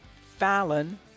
Fallon